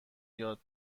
یاد